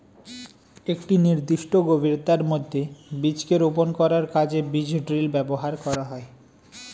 একটি নির্দিষ্ট গভীরতার মধ্যে বীজকে রোপন করার কাজে বীজ ড্রিল ব্যবহার করা হয়